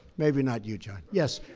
maybe not you, jon. yes,